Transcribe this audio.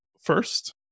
first